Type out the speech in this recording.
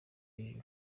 hejuru